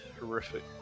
horrific